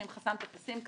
שאם חסמת את הסים,